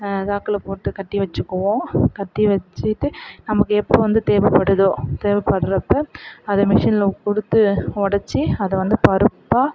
சாக்கில் போட்டுக் கட்டி வச்சுக்குவோம் கட்டி வச்சுட்டு நமக்கு எப்போ வந்து தேவைப்படுதோ தேவைப்பட்றப்ப அதை மிஷினில் கொடுத்து உடச்சு அதை வந்து பருப்பாக